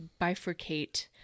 bifurcate